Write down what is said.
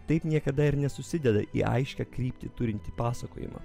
taip niekada ir nesusideda į aiškią kryptį turintį pasakojimą